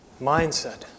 mindset